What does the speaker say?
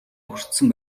хүртсэн